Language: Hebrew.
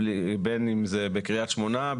בין אם זה בקרית שמונה,